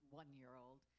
one-year-old